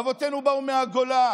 אבותינו באו מהגולה